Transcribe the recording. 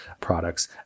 products